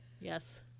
Yes